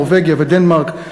נורבגיה ודנמרק,